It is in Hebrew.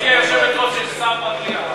סליחה, גברתי היושבת-ראש, יש שר במליאה.